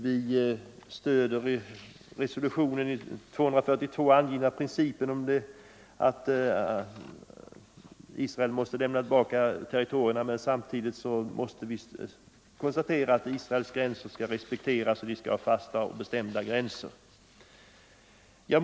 Vi stöder den i resolution 242 angivna principen att Israel måste lämna tillbaka territorierna, men samtidigt måste vi konstatera att Israels krav på fasta och bestämda gränser skall respekteras.